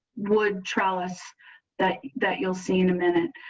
would tell us that that you'll see in a minute.